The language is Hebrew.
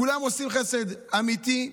כולם עושים חסד אמיתי,